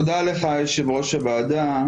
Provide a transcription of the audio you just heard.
תודה לך, יו"ר הוועדה.